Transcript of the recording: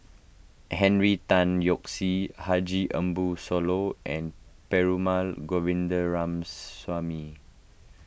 Henry Tan Yoke See Haji Ambo Sooloh and Perumal